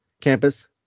campus